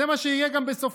זה מה שיהיה גם בסופך.